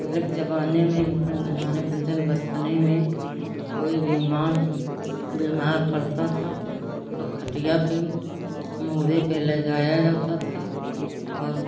पहले के ज़माने में हम तो हमारे तो जब बचपने में कोई बीमार बीमार पड़ता था तो खटिया के मुड़े पर लगाया जाता था और